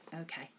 Okay